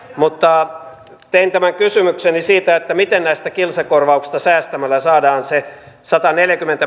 mutta tein tämän kysymykseni siitä miten näistä kilsakorvauksista säästämällä saadaan se sataneljäkymmentä